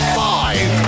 five